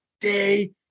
day